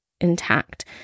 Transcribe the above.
intact